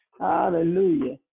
Hallelujah